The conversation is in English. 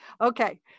Okay